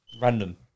Random